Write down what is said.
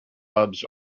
cubs